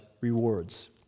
rewards